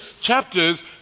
chapters